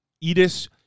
Edith